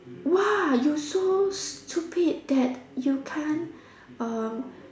!wah! you so stupid that you can't uh